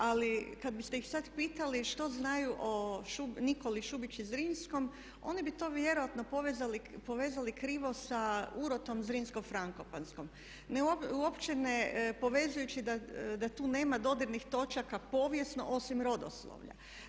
Ali kada biste ih sada pitali što znaju u Nikoli Šubić Zrinskom oni bi to vjerojatno povezali krivo sa urotom Zrinsko Frankopanskom, uopće ne povezujući da tu nema dodirnih točaka povijesno osim rodoslovlja.